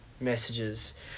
messages